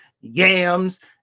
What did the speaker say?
yams